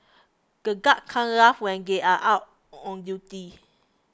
the guards cant laugh when they are out on duty